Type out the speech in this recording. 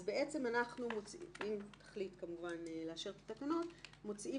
אז אם תחליט כמובן לאשר את התקנות אנחנו מוציאים